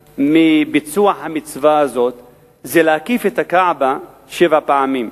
מביצוע המצווה הזאת זה להקיף את הכעבה שבע פעמים.